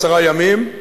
עשרה ימים,